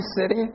city